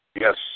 Yes